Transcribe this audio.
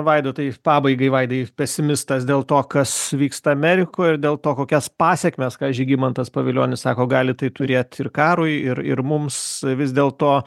vaidotai pabaigai vaidai pesimistas dėl to kas vyksta amerikoj ir dėl to kokias pasekmes ką žygimantas pavilionis sako gali tai turėti ir karui ir ir mums vis dėl to